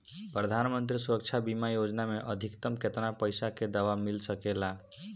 प्रधानमंत्री सुरक्षा बीमा योजना मे अधिक्तम केतना पइसा के दवा मिल सके ला?